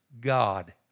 God